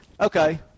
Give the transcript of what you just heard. Okay